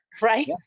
right